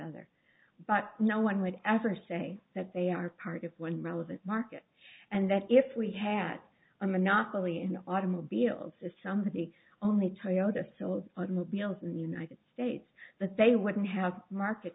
other but no one would ever say that they are part of one relevant market and that if we had a monopoly in automobiles to somebody only toyota sold on move bills in the united states that they wouldn't have market